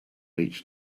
each